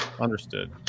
Understood